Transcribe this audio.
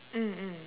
mm mm